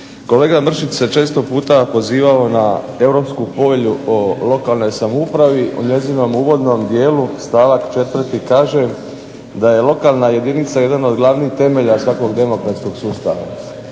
Kolega Mršić se često puta pozivao na Europsku povelju o lokalnoj samoupravi, o njezinom uvodnom dijelu stavak 4. kaže da je lokalna jedinica jedan od glavnih temelja svakog demokratskog sustava.